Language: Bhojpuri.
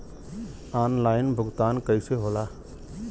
ऑनलाइन भुगतान कईसे होला?